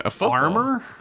Armor